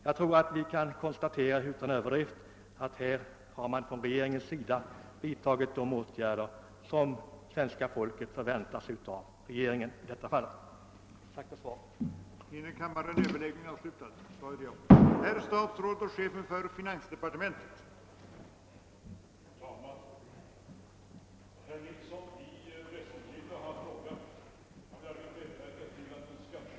Jag tror att det utan överdrift kan sägas att regeringen här vidtagit de åtgärder som svenska folket förväntar sig av regeringen. Än en gång: Tack för svaret!